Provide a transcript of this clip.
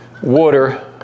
water